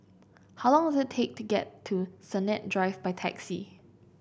how long is take to get to Sennett Drive by taxi